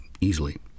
easily